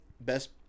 best